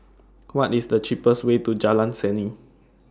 What IS The cheapest Way to Jalan Seni